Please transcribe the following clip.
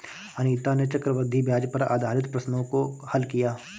अनीता ने चक्रवृद्धि ब्याज पर आधारित प्रश्नों को हल किया